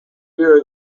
year